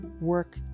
work